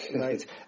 right